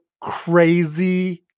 crazy